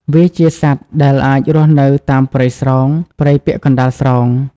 វាជាសត្វដែលអាចរស់នៅតាមព្រៃស្រោង ព្រៃពាក់កណ្តាលស្រោង។